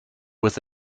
with